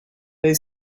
they